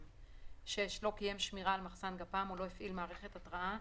לא קיים שמירה על מחסן גפ"מ או לא הפעיל מערכת10,000 התראה,